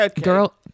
Girl